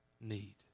need